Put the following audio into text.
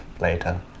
later